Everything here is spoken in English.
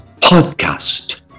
podcast